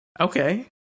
Okay